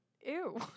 Ew